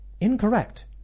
incorrect